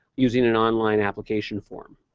using an online application form.